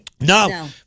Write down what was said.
No